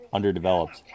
Underdeveloped